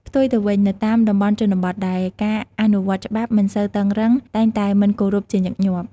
ផ្ទុយទៅវិញ នៅតាមតំបន់ជនបទ ដែលការអនុវត្តច្បាប់មិនសូវតឹងរ៉ឹងតែងតែមិនគោរពជាញឹកញាប់។